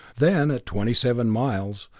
then at twenty-seven miles,